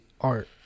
art